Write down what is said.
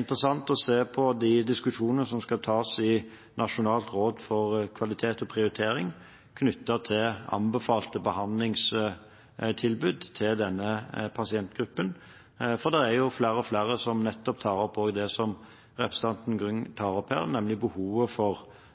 interessant å se på de diskusjonene som skal tas i Nasjonalt råd for kvalitet og prioritering, knyttet til anbefalte behandlingstilbud til denne pasientgruppen, for det er flere og flere som tar opp nettopp det som representanten Grung tar opp her, nemlig behovet for